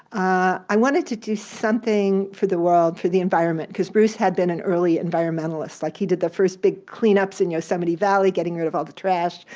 i wanted to do something for the world, for the environment, because bruce had been an early environmentalists, like he did the first big cleanups in yosemite valley, getting rid of all the trash.